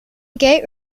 gate